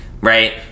right